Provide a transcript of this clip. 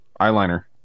eyeliner